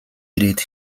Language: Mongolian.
ирээд